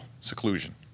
seclusion